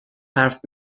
حرف